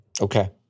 Okay